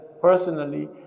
personally